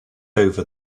over